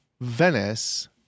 Venice